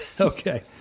Okay